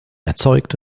erzeugt